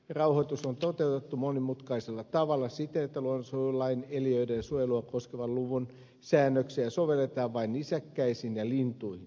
rauhoitus on toteutettu monimutkaisella tavalla siten että luonnonsuojelulain eliöiden suojelua koskevan luvun säännöksiä sovelletaan vain nisäkkäisiin ja lintuihin